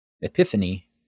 epiphany